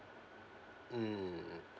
mm